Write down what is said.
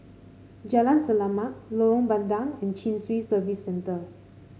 Jalan Selamat Lorong Bandang and Chin Swee Service Centre